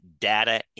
data